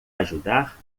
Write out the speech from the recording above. ajudar